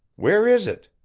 where is it?